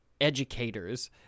educators